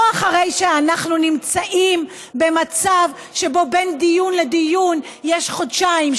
לא אחרי שאנחנו נמצאים במצב שבו בין דיון לדיון יש חודשיים,